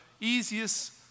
easiest